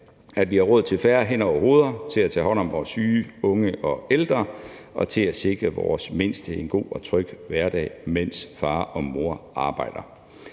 at vi har råd til færre hænder og hoveder til at tage hånd om vores syge, unge og ældre og til at sikre vores mindste en god og tryg hverdag, mens far og mor arbejder.